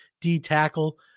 D-Tackle